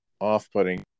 off-putting